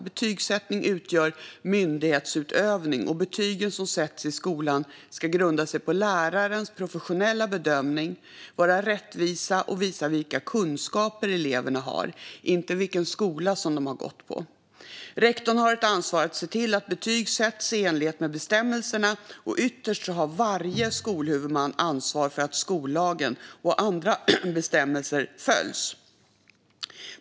Betygsättning utgör myndighetsutövning, och de betyg som sätts i skolan ska grunda sig på lärarens professionella bedömning, vara rättvisa och visa vilka kunskaper eleverna har, inte vilken skola de har gått på. Rektorn har ett ansvar att se till att betyg sätts i enlighet med bestämmelserna, och ytterst har varje skolhuvudman ansvar för att skollagen och andra bestämmelser följs.